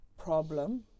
Problem